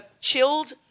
chilled